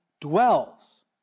dwells